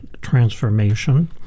transformation